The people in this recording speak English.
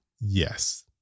Yes